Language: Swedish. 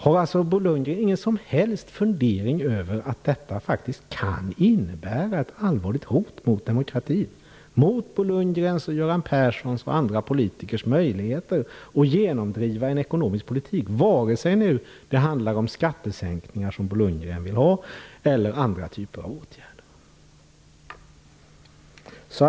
Har Bo Lundgren ingen som helst fundering kring att detta faktiskt kan innebära ett allvarligt hot mot demokratin, mot Bo Lundgrens, Göran Perssons och andra politikers möjligheter att genomdriva en ekonomisk politik oavsett om det handlar om skattesänkningar som Bo Lundgren vill ha eller andra typer av åtgärder?